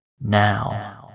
Now